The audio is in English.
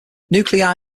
nuclei